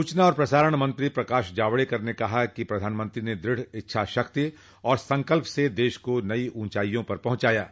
सूचना और प्रसारण मंत्री प्रकाश जावड़ेकर ने कहा कि प्रधानमंत्री ने दृढ़ इच्छाशक्ति और संकल्प से देश को नई ऊंचाइयों पर पहुंचाया है